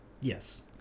yes